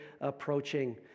approaching